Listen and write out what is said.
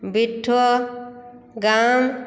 बिट्ठो गाम